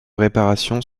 réparation